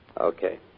Okay